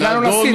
הגענו לשיא.